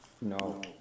no